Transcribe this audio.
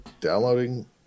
downloading